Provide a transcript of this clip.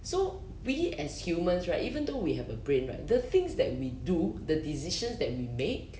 so we as humans right even though we have a brain right the things that we do the decisions that we make